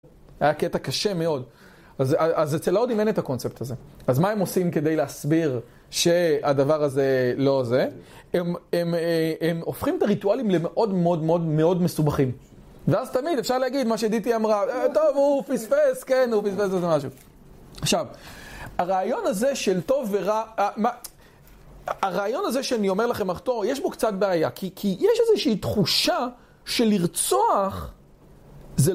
היה קטע קשה מאוד אז אצל ההודים אין את הקונספט הזה אז מה הם עושים כדי להסביר שהדבר הזה לא זה הם הם הם הופכים את הריטואלים למאוד מאוד מאוד מאוד מסובכים ואז תמיד אפשר להגיד מה שדיטי אמרה טוב הוא פספס כן הוא פספס איזה משהו עכשיו הרעיון הזה של טוב ורע הרעיון הזה שאני אומר לכם אותו יש בו קצת בעיה כי יש איזושהי תחושה של לרצוח זה לא...